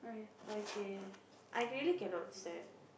okay I really cannot stand